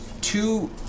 two